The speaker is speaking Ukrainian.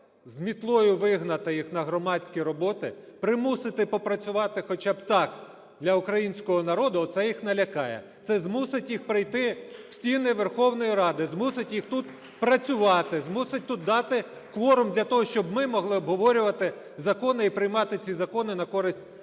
з мітлою вигнати їх на громадські роботи, примусити попрацювати хоча б так для українського народу. Оце їх налякає, це змусить їх прийти в стіни Верховної Ради, змусить їх тут працювати, змусить тут дати кворум для того, щоб ми могли оговорювати закони і приймати ці закони на користь